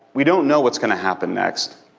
we don't know what's going to happen next.